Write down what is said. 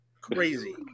Crazy